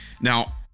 Now